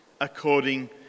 according